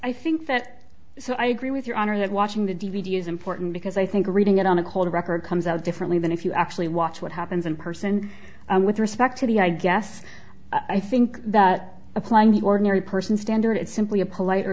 i think that so i agree with your honor that watching the d v d is important because i think reading it on a whole record comes out differently than if you actually watch what happens in person with respect to the i guess i think that applying the ordinary person standard it's simply a polite or